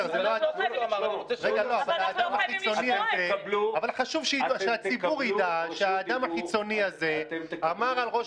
אבל חשוב שהציבור ידע שהאדם הקיצוני הזה אמר על ראש